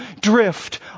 drift